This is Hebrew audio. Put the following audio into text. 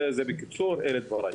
בקיצור, אלה דברי.